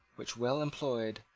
which, well employed,